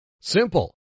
Simple